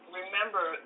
remember